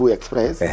Express